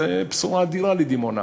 זו בשורה אדירה לדימונה.